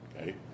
okay